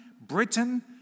Britain